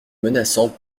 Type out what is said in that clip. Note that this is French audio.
menaçant